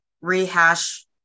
rehash